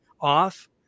off